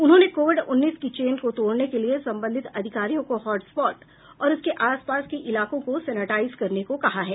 उन्होंने कोविड उन्नीस की चेन को तोड़ने के लिए संबंधित अधिकारियों को हॉटस्पॉट और उसके आसपास के इलाकों को सेनेटाइज करने को कहा है